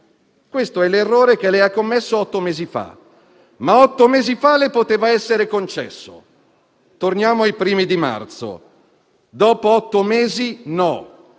questo è l'errore che lei ha commesso otto mesi fa, ma allora le poteva essere concesso (torniamo ai primi di marzo), dopo otto mesi no.